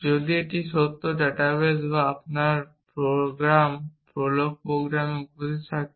এবং যদি একটি তথ্য ডাটাবেস বা আপনার প্রোগ্রাম প্রোলগ প্রোগ্রামে উপস্থিত থাকে